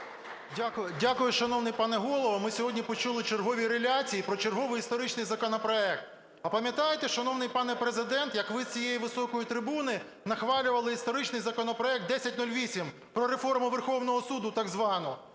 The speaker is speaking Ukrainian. Дякую, шановний пане Голово. Ми сьогодні почули чергові реляції про черговий історичний законопроект. А пам'ятаєте, шановний пане Президент, як ви з цієї високої трибуни нахвалювали історичний законопроект 1008 про реформу Верховного Суду так званого?